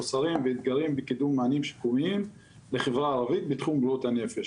חוסרים ואתגרים בקידום מענים שיקומיים לחברה הערבית בתחום בריאות הנפש,